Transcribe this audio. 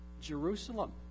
Jerusalem